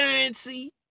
currency